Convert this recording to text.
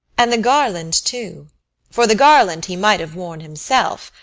and the garland too for the garland he might have worn himself,